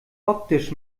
optisch